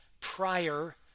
prior